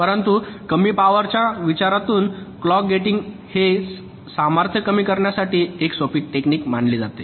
परंतु कमी पॉवरच्या विचारातून क्लॉक गेटिंग हे सामर्थ्य कमी करण्याकरिता एक सोपी टेक्निक मानले जाते